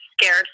scared